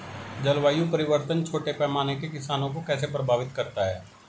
जलवायु परिवर्तन छोटे पैमाने के किसानों को कैसे प्रभावित करता है?